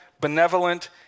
benevolent